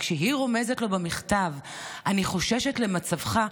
וכשהיא רומזת לו במכתב: אני חוששת למצבך,